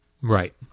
Right